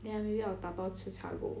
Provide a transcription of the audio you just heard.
ya maybe I'll 打包 CHICHA go over